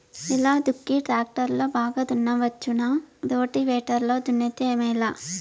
ఎలా దుక్కి టాక్టర్ లో బాగా దున్నవచ్చునా రోటివేటర్ లో దున్నితే మేలా?